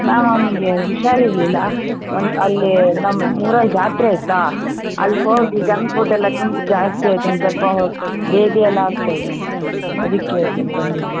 ma'am ಅವನಿಗೆ ಹುಷಾರಿರಲಿಲ್ಲ ಒಂದು ಅಲ್ಲಿ ನಮ್ಮ ಊರಲ್ಲಿ ಜಾತ್ರೆ ಇತ್ತಾ ಅಲ್ಲಿ ಹೋಗಿ ಜಂಕ್ ಫುಡ್ ಎಲ್ಲ ತಿಂದಿದ್ದು ಜಾಸ್ತಿ ಆಯ್ತು ಒಂದು ಸ್ವಲ್ಪ ಹೊ ಬೇದಿ ಎಲ್ಲ ಆಗ್ತಾ ಇದೆ ಅವನಿಗೆ ಅದಕ್ಕೆ ಬಂದಿಲ್ಲ